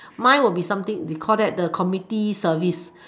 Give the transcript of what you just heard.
mine would be something they call it the community service